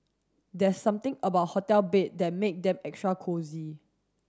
there's something about hotel bed that make them extra cosy